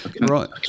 Right